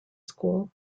school